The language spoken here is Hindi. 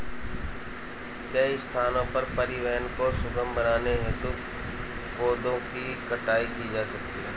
कई स्थानों पर परिवहन को सुगम बनाने हेतु पेड़ों की कटाई की जा रही है